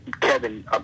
Kevin